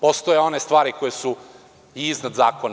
Postoje one stvari koje su i iznad zakona.